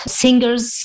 singers